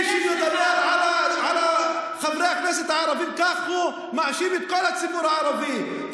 מי שמדבר על חברי הכנסת הערבים כך מאשים את כל הציבור הערבי,